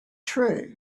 true